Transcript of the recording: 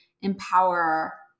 empower